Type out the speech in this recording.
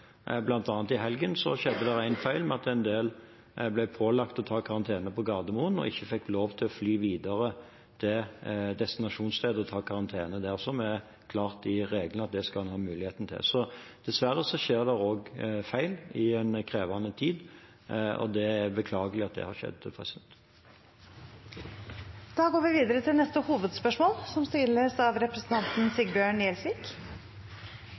i helgen skjedde det en feil med at en del ble pålagt å ta karantene på Gardermoen og ikke fikk lov til å fly videre til destinasjonsstedet og ta karantene der, som det står klart i reglene at man skal ha muligheten til. Så dessverre skjer det også feil i en krevende tid, og det er beklagelig at det har skjedd. Vi går videre til neste hovedspørsmål. Mitt spørsmål går til finansministeren. Arbeidsfolk og bedrifter over hele Norge er hardt rammet av